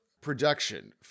production